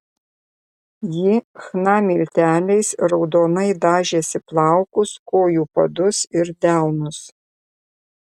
ji chna milteliais raudonai dažėsi plaukus kojų padus ir delnus